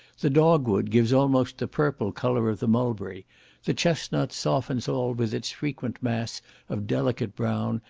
the dog-wood gives almost the purple colour of the mulberry the chesnut softens all with its frequent mass of delicate brown,